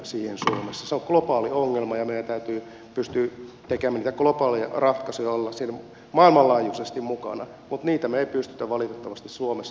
se on globaali ongelma ja meidän täytyy pystyä tekemään niitä globaaleja ratkaisuja ja olla siinä maailmanlaajuisesti mukana mutta niitä me emme pysty valitettavasti suomessa ratkaisemaan